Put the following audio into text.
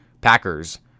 Packers